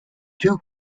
two